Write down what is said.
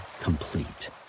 complete